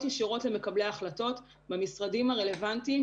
ישירות למקבלי ההחלטות במשרדים הרלוונטיים,